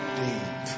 deep